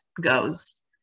goes